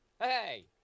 Hey